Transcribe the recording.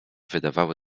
wydawały